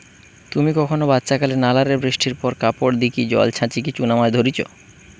তুমি কখনো বাচ্চাকালে নালা রে বৃষ্টির পর কাপড় দিকি জল ছাচিকি চুনা মাছ ধরিচ?